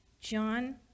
John